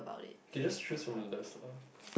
you can just choose from the uh